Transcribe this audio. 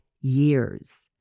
years